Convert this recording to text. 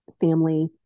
family